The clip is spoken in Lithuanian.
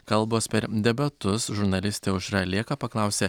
kalbos per debatus žurnalistė aušra lėka paklausė